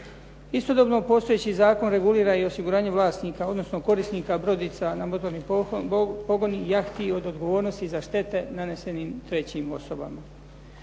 Istodobno, postojeći zakon regulira i osiguranje vlasnika odnosno korisnika brodica na motorni pogon i jahti od odgovornosti za štete nanesenim trećim osobama.